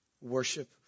Worship